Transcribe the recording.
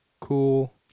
Cool